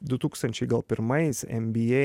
du tūkstančiai gal pirmais nba